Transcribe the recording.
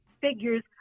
figures